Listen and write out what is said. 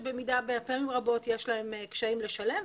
שפעמים רבות יש לו קשיים לשלם,